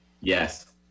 Yes